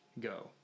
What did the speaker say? go